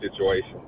situation